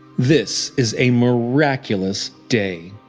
this is a miraculous day.